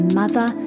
mother